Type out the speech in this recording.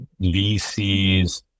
VCs